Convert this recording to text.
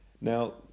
Now